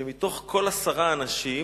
שמתוך כל עשרה אנשים,